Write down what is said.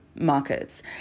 markets